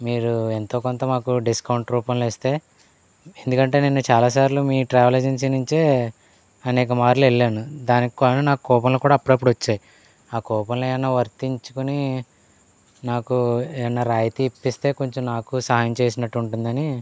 మీరు ఎంతో కొంత మాకు డిస్కౌంట్ రూపంలో ఇస్తే ఎందుకంటే నేను చాలా సార్లు మీ ట్రావెల్ ఏజెన్సీ నుంచే అనేక మారులు ఎళ్ళాను దాని కానూ నాకు కూపన్లు కూడా అప్పుడప్పుడు వచ్చాయ్ ఆ కూపన్లేమైన వర్తించుకొని నాకు ఎమన్నా రాయితీ ఇప్పిస్తే కొంచం నాకు సాయం చేసినట్టు ఉంటుందని